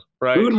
right